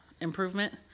improvement